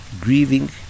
grieving